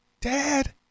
dad